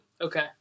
Okay